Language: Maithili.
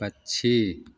पक्षी